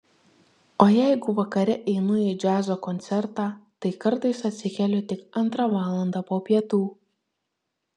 o jeigu vakare einu į džiazo koncertą tai kartais atsikeliu tik antrą valandą po pietų